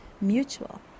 mutual